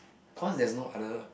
cause there's no other